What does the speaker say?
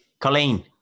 Colleen